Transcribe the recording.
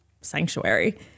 sanctuary